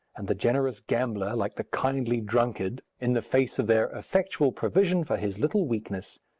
and the generous gambler, like the kindly drunkard, in the face of their effectual provision for his little weakness,